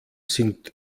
sind